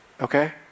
Okay